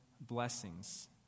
blessings